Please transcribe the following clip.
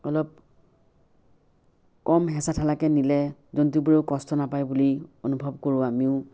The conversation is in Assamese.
অলপ কম হেঁচা ঠেলাকৈ নিলে জন্তুবোৰেও কষ্ট নেপায় বুলি অনুভৱ কৰোঁ আমিও